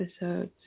episodes